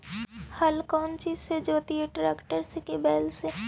हर कौन चीज से जोतइयै टरेकटर से कि बैल से?